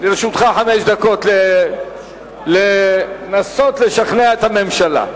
לרשותך חמש דקות לנסות לשכנע את הממשלה.